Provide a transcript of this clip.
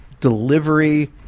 delivery